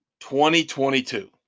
2022